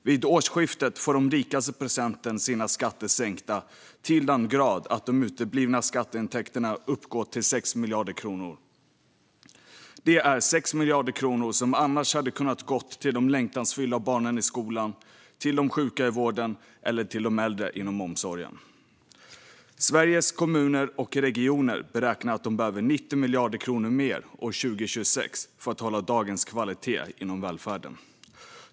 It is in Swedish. Vid årsskiftet får de rikaste procenten sina skatter sänkta till den grad att de uteblivna skatteintäkterna uppgår till 6 miljarder kronor. Det är 6 miljarder kronor som annars hade kunnat gå till de längtansfyllda barnen i skolan, till de sjuka i vården eller till de äldre inom omsorgen. Sveriges Kommuner och Regioner beräknar att de behöver 90 miljarder kronor mer år 2026 för att hålla dagens kvalitet inom välfärden.